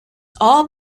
all